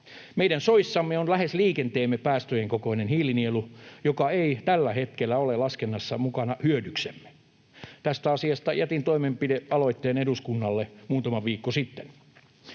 Meidän soissamme on lähes liikenteemme päästöjen kokoinen hiilinielu, joka ei tällä hetkellä ole laskennassa mukana hyödyksemme. Tästä asiasta jätin toimenpidealoitteen eduskunnalle muutama viikko sitten.